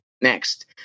next